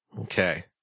Okay